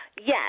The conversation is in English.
Yes